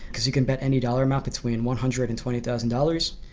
because you can bet any dollar amount between one hundred and twenty thousand dollars,